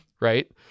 right